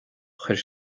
chuir